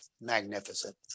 magnificent